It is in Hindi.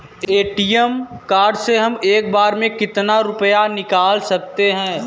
ए.टी.एम कार्ड से हम एक बार में कितना रुपया निकाल सकते हैं?